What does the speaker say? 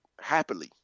happily